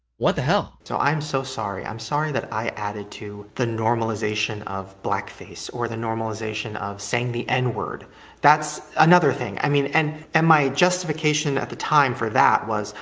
what the h-ll? so i'm so sorry. i'm sorry that i added to the normalization of blackface or the normalization of saying the n-word that's another thing, i mean, and and my justification at the time for that was,